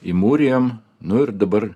įmūrijam nu ir dabar